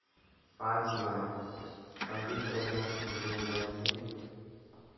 ᱯᱟᱸᱪ ᱢᱮ ᱯᱚᱱᱰᱤᱛ ᱨᱟᱹᱜᱷᱩᱱᱟᱛᱷ ᱢᱩᱨᱢᱩ ᱡᱚᱭᱚᱱᱛᱤ